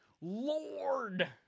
Lord